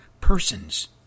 persons